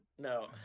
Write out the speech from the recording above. No